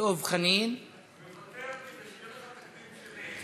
דב חנין, מוותר, כדי שיהיה לך תקדים שני.